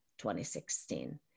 2016